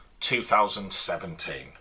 2017